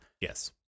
Yes